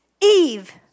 Eve